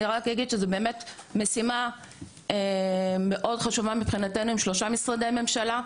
אני רק אגיד שזו באמת משימה מאוד חשובה מבחינתנו עם שלושה משרדי ממשלה.